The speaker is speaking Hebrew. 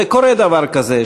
וקורה דבר כזה,